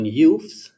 youths